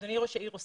אדוני ראש העיר,